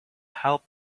helped